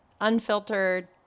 unfiltered